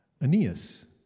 Aeneas